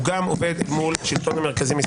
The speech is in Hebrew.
הוא גם עובד מול השלטון המרכזי,